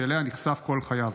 בארץ שאליה נכסף כל חייו.